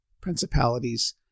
principalities